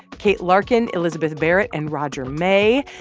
kate larkin, elizabeth barrett and roger may.